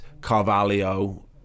Carvalho